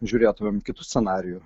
žiūrėtumėm kitų scenarijų